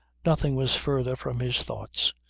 nothing was further from his thoughts.